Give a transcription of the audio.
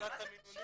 כנראה